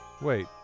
Wait